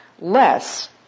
less